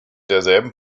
derselben